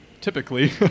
typically